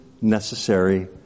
necessary